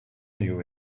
knew